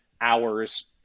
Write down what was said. hours